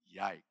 Yikes